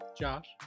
Josh